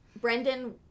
Brendan